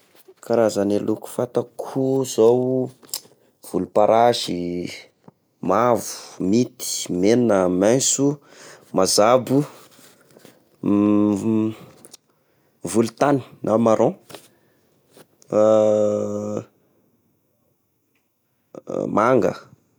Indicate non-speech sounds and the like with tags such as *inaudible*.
Karazagny loko fantako izao: *noise* volom-parasy, mavo, minty, megna, mainso, mazabo, *hesitation* *noise* volon-tagny na marron, *hesitation* manga zay.